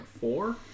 four